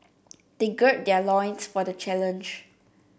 they gird their loins for the challenge